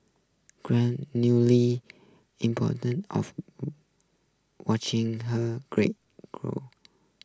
grand newly important of watching her great group